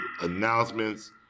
announcements